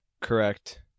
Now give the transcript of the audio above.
Correct